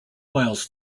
miles